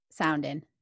sounding